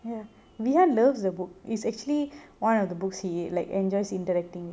ya we are loves the book is actually one of the books he like enjoys interacting